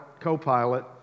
co-pilot